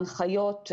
הנחיות,